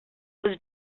was